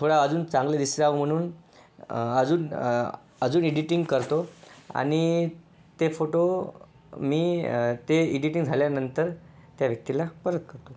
थोडा अजून चांगलं दिसावं म्हणून अजून अजून एडिटिंग करतो आणि ते फोटो मी ते एडिटिंग झाल्यानंतर त्या व्यक्तीला परत करतो